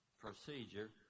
procedure